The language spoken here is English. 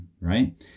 right